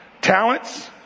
talents